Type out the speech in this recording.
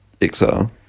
XR